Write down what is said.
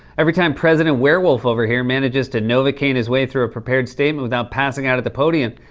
every time president werewolf over here manages to novocaine his way through a prepared statement without passing out at the podium,